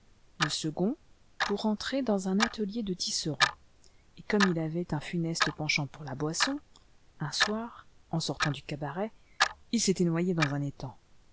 le second pour entrer dans un atelier de tisserand et comme il avait un funeste penchant pour la boisson un soir en sortant du cabaret il s'était noyé dans un étang